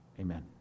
Amen